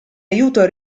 aiuto